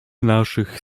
naszych